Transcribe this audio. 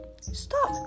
Stop